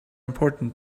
important